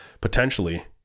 potentially